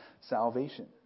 salvation